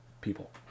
people